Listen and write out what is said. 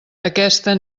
aquesta